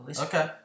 Okay